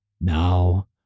Now